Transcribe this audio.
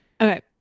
okay